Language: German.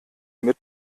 mit